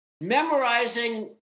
memorizing